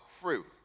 fruit